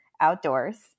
outdoors